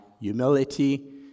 humility